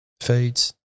feeds